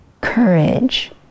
courage